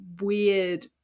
weird